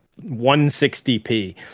160p